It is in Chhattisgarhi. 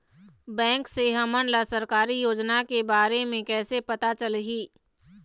बैंक से हमन ला सरकारी योजना के बारे मे कैसे पता चलही?